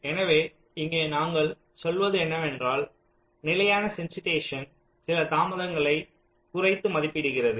எனவே இங்கே நாங்கள் சொல்வது என்னவென்றால் நிலையான சென்சிடைசேஷன் முறை சில தாமதங்களை குறைத்து மதிப்பிடுகிறது